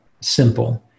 Simple